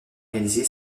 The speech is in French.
réaliser